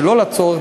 שלא לצורך,